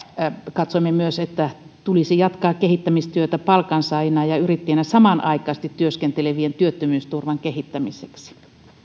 katsoimme myös että tulisi jatkaa kehittämistyötä palkansaajina ja ja yrittäjinä samanaikaisesti työskentelevien työttömyysturvan kehittämiseksi